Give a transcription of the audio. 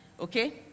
Okay